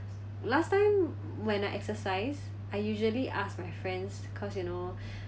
last time when I exercise I usually ask my friends because you know